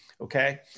okay